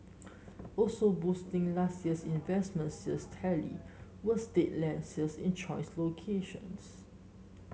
also boosting last year's investment sales tally were state land sales in choice locations